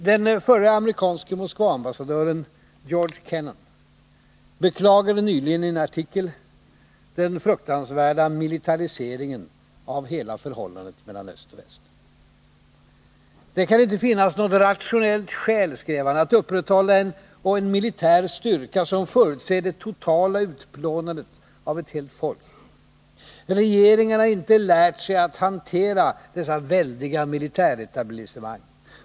Den förre amerikanske Moskvaambassadören George Kennan beklagade nyligen i en artikel den fruktansvärda militariseringen av hela förhållandet mellan öst och väst. Det kan inte finnas något rationellt skäl, skrev han, att upprätthålla en militär styrka som förutser det totala utplånandet av ett helt folk. Regeringarna har inte lärt sig att hantera dessa väldiga militäretablissemang.